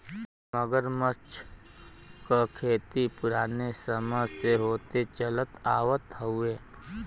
मगरमच्छ क खेती पुराने समय से होत चलत आवत हउवे